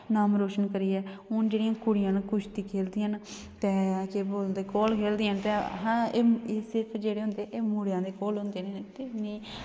नाम रोशन करियै हून जेह्ड़ियां कुड़ियां न कुश्ती खेलदियां न ते केह् बोलदे कोह्ल खेलदियां न ते असें एह् सिर्फ जेह्ड़े होंदे एह् मुड़ेआं दे कोह्ल होंदे न ते